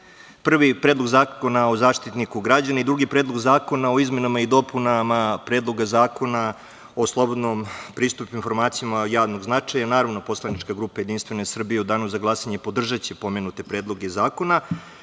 Predlog zakona o Zaštitniku građana i drugi Predlog zakona o izmenama i dopunama Zakona o slobodnom pristupu informacijama od javnog značaja. Naravno, poslanička grupa Jedinstvena Srbija u danu za glasanje podržaće pomute predloge zakona,